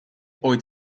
ooit